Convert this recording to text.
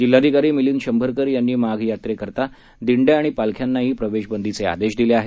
जिल्हाधिकारी मिलिंद शंभरकर यांनी माघ यात्रे करता दिंड्या आणि पालख्यांनाही प्रवेशबंदीचे आदेश दिले आहेत